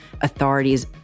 authorities